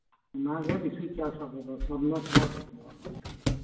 ᱚᱱᱟ ᱜᱮ ᱵᱤᱥᱤ ᱪᱟᱥ ᱟᱵᱟᱫᱽ ᱫᱚ ᱥᱚᱨᱱᱚ ᱪᱷᱟᱰᱟ ᱪᱮᱫ ᱜᱮ ᱵᱟᱝ ᱮᱴᱟᱜᱟᱜ